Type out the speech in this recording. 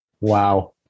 Wow